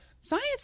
Science